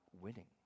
winning